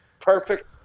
perfect